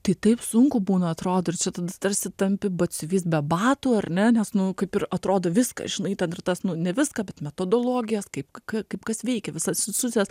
tai taip sunku būna atrodo ir čia tada tarsi tampi batsiuvys be batų ar ne nes nu kaip ir atrodo viską žinai ten ir tas nu ne viską bet metodologijas kaip kaip kas veikia visas institucijas